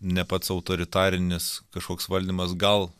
ne pats autoritarinis kažkoks valdymas gal